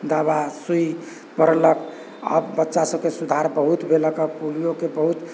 दवा सुइ पड़लक आब बच्चासभके सुधार बहुत भेलक हे पोलियोके बहुत